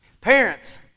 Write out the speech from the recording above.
parents